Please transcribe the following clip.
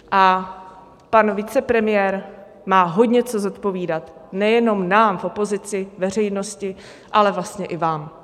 A pan vicepremiér má hodně co zodpovídat, nejenom nám v opozici, veřejnosti, ale vlastně i vám.